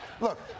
Look